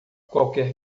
qualquer